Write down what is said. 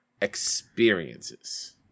experiences